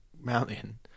mountain